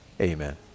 amen